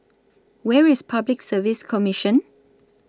Where IS Public Service Commission